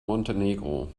montenegro